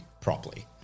properly